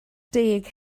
deg